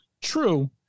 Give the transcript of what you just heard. True